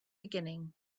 beginning